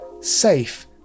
safe